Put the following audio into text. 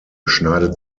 schneidet